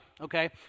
okay